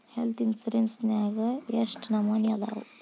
Health insurance ನ್ಯಾಗ್ ಯೆಷ್ಟ್ ನಮನಿ ಅದಾವು?